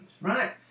Right